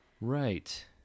Right